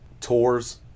tours